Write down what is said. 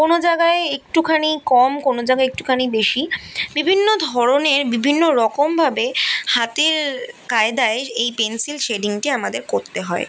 কোনও জায়গায় একটুখানি কম কোনও জায়গায় একটুখানি বেশি বিভিন্ন ধরনের বিভিন্ন রকমভাবে হাতের কায়দায় এই পেন্সিল শেডিংটি আমাদের করতে হয়